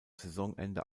saisonende